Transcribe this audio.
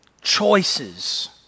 choices